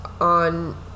on